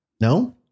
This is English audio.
No